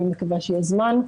אני מקווה שיהיה זמן,